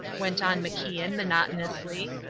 went on macian, monotonously,